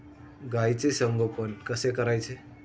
गाईचे संगोपन कसे करायचे?